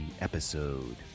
episode